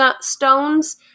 stones